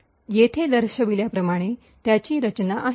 येथे दर्शविल्याप्रमाणे त्याची रचना आहे